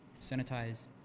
sanitize